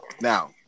Now